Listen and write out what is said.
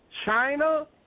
China